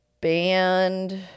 band